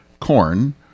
corn